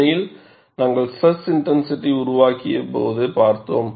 உண்மையில் நாங்கள் stress intensity factor உருவாக்கியபோது பார்த்தோம்